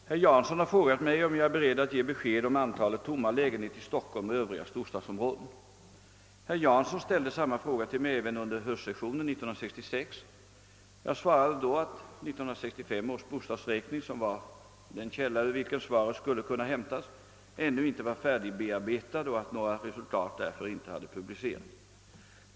Herr talman! Herr Jansson har frågat mig, om jag är beredd att ge besked om antalet tomma lägenheter i Stockholm och övriga storstadsområden. Herr Jansson ställde samma fråga till mig även under höstsessionen 1966. Jag svarade då att 1965 års bostadsräkning, som var den källa ur vilken svaret skulle kunna hämtas, ännu inte var färdig bearbetad och att några resultat därför inte hade publicerats.